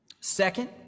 Second